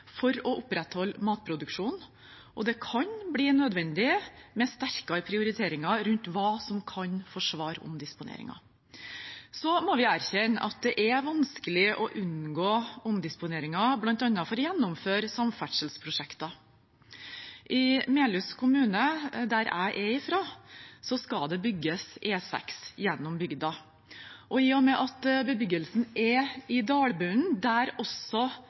for å opprettholde matproduksjonen, og det kan bli nødvendig med sterkere prioriteringer når det gjelder hva som kan forsvare omdisponeringer. Så må vi erkjenne at det er vanskelig å unngå omdisponeringer, bl.a. for å gjennomføre samferdselsprosjekter. I Melhus kommune, der jeg er fra, skal det bygges E6 gjennom bygda. I og med at bebyggelsen er i dalbunnen, der også